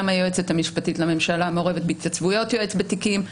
היועצת המשפטית לממשלה מעורבת בהתייצבויות יועץ בתיקים,